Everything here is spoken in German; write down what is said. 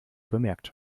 bemerkt